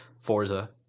Forza